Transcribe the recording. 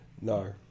No